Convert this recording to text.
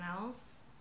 else